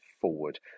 forward